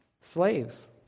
slaves